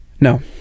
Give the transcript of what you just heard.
No